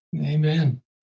Amen